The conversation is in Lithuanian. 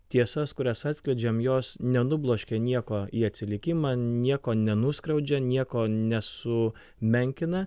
tiesas kurias atskleidžiam jos nenubloškia nieko į atsilikimą nieko nenuskriaudžia nieko nesu menkina